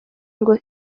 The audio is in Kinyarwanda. ngo